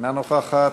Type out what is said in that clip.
אינה נוכחת,